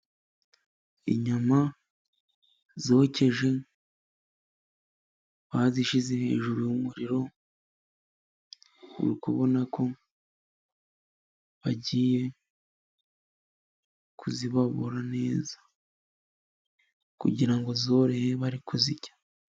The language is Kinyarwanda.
Inyama zokeje bazishyize hejuru y'umuriro, uri kubona ko bagiye kuzibabura neza ,kugira ngo zorohe bari kuzirya.